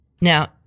now